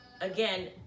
again